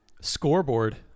scoreboard